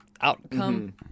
outcome